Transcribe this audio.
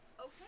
Okay